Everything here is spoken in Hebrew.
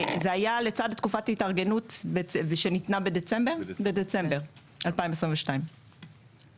זה היה לצד תקופת התארגנות שניתנה בדצמבר 2022. כשאנחנו